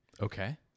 Okay